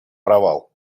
провал